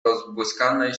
rozbłyskanej